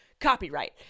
copyright